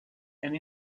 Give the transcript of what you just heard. and